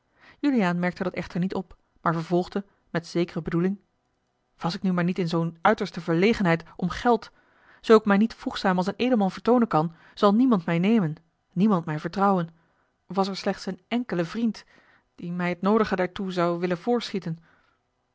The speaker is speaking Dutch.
juliaan merkte dat echter niet op maar vervolgde met zekere bedoeling was ik nu maar niet in zoo'n uiterste verlegenheid om geld zoo ik mij niet voegzaam als een edelman vertoonen kan zal niemand mij nemen niemand mij vertrouwen was er slechts een enkele vriend die mij het noodige daartoe zou willen voorschieten